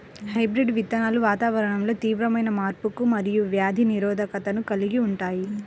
hybrid విత్తనాలు వాతావరణంలో తీవ్రమైన మార్పులకు మరియు వ్యాధి నిరోధకతను కలిగి ఉంటాయి